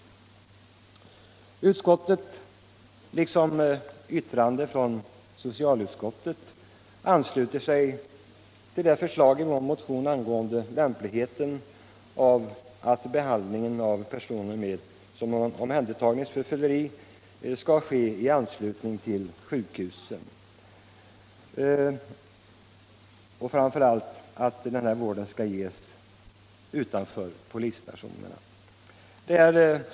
Justitieutskottet ansluter sig, liksom socialutskottet gjort i sitt yttrande, till förslaget i vår motion om att behandlingen av personer som omhändertagits för fylleri skall ske i anslutning till sjukhusen och framför allt att vården skall ges utanför polisstationerna.